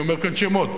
אני אומר כאן שמות,